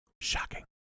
Shocking